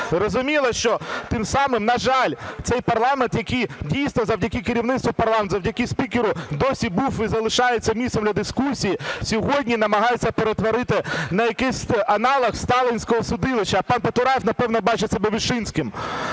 Зрозуміло, що тим самим, на жаль, цей парламент, який дійсно завдяки керівництву парламенту, завдяки спікеру досі був і залишається місцем для дискусії, сьогодні намагаються перетворити на якийсь аналог сталінського судилища, а пан Потураєв, напевне, бачить себе Вишинським.